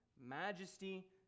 majesty